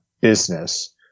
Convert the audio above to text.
business